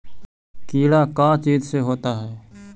कीड़ा का चीज से होता है?